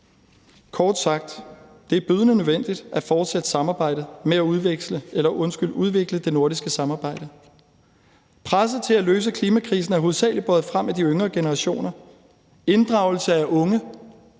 Kort sagt er det bydende nødvendigt at fortsætte samarbejdet med at udvikle det nordiske samarbejde. Presset for at løse klimakrisen er hovedsagelig båret frem af de yngre generationer. Inddragelse af unge,